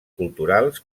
culturals